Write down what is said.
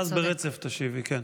ואז תשיבי ברצף.